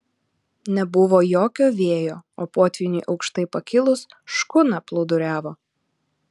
nebuvo jokio vėjo o potvyniui aukštai pakilus škuna plūduriavo